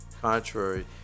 contrary